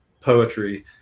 poetry